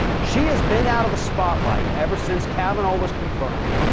she has been out of the spotlight ever since kavanaugh was confirmed.